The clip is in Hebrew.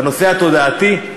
בנושא התודעתי,